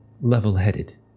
level-headed